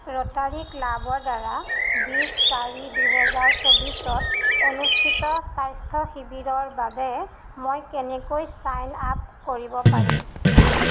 Rotary ক্লাবৰদ্বাৰা বিছ চাৰি দুহেজাৰ চৌবিছত অনুষ্ঠিত স্বাস্থ্য শিবিৰৰ বাবে মই কেনেকৈ ছাইন আপ কৰিব পাৰিম